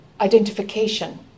identification